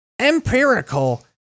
empirical